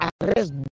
arrest